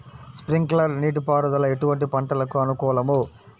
Sprinkler నీటిపారుదల ఎటువంటి పంటలకు అనుకూలము?